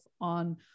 on